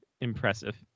Impressive